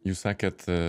jūs sakėt